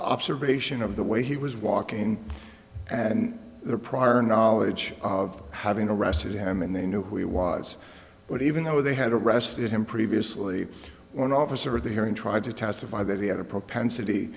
observation of the way he was walking in and the prior knowledge of having arrested him and they knew who he was but even though they had arrested him previously one officer of the hearing tried to testify that he had a p